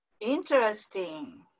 Interesting